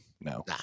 No